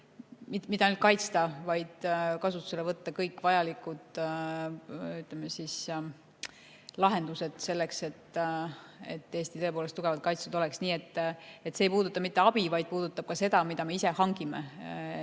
ainult kaitsta, vaid kasutusele võtta kõik vajalikud lahendused selleks, et Eesti tõepoolest tugevalt kaitstud oleks. See ei puuduta mitte ainult abi, vaid puudutab ka seda, mida me ise hangime. See